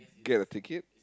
get a ticket